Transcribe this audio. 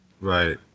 Right